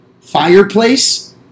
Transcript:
Fireplace